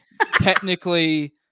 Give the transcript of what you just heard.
technically